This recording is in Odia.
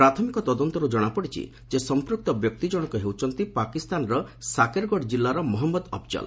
ପ୍ରାଥମିକ ତଦନ୍ତରୁ କ୍ଷଣାପଡ଼ିଛି ଯେ ସମ୍ପୃକ୍ତ ବ୍ୟକ୍ତି ଜଣକ ହେଉଛନ୍ତି ପାକିସ୍ତାନର ସାକେରଗଡ଼ ଜିଲ୍ଲାର ମହମ୍ମଦ ଅଫ୍ଜଲ